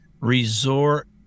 resort